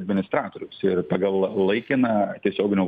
administratorius ir pagal laikiną tiesioginio